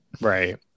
right